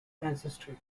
ancestry